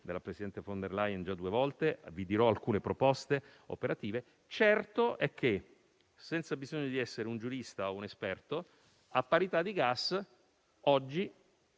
della presidente Von Der Leyen già due volte e vi illustrerò alcune proposte operative. Certo è che, senza bisogno di essere un giurista o un esperto, oggi